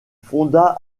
fonda